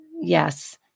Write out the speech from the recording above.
Yes